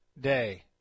Day